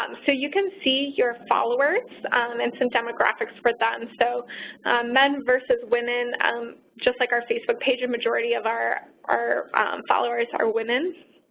um so you can see your followers um and some demographics for that. and so men versus women and um just like our facebook page, a majority of our our followers are women.